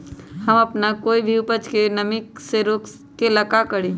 हम अपना कोई भी उपज के नमी से रोके के ले का करी?